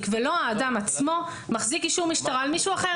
ולא האדם עצמו מחזיק אישור משטרה על מישהו אחר.